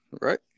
right